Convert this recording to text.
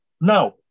Now